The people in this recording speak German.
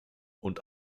und